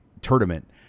tournament